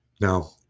Now